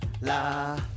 la